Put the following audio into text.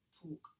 talk